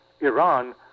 Iran